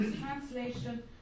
translation